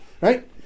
Right